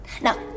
Now